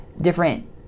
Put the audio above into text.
different